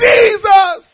Jesus